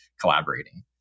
collaborating